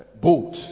boat